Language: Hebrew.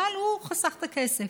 אבל הוא חסך את הכסף.